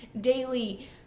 daily